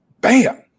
bam